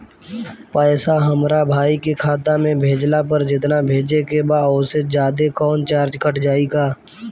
पैसा हमरा भाई के खाता मे भेजला पर जेतना भेजे के बा औसे जादे कौनोचार्ज कट जाई का?